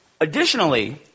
Additionally